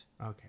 Okay